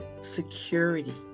security